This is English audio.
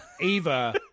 Eva